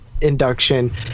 induction